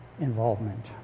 involvement